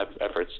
efforts